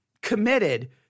committed